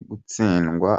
gutsindwa